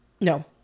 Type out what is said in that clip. No